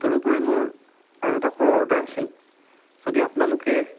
তদুপৰি মোৰ আৰু এটা সৰু অৰ্ডাৰ আছিল যদি আপোনালোকে